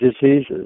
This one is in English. diseases